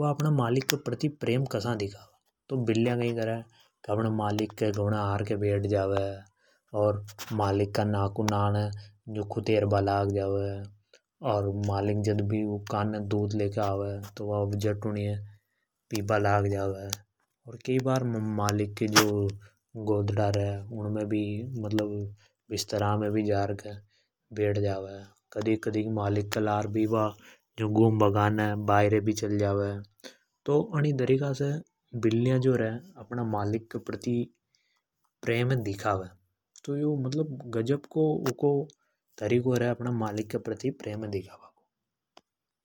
वे अपण मालिक के प्रति प्रेम कसा दिखा? तो बिल्लीया कई करे अपनें मालिक के गोने आर बैठ जावे और मालिक का नाखून नाण यू खुतेर बा लाग जावे। अर मालिक जद भी ऊँके कानने दूध लेके आवे तो वा झट पीबा लाग जावे। और कई बार मालिक का जो गोदडा मतलब बिस्तराण में भी जार बैठ जा। कदिक कदिक वा मालिक के लारे भी यू घूमबा कानने बायरे चल जावे। तो जो बिल्लीया रे वे अन तरीका से अपने मालिक के प्रति प्रेम है दिखावे।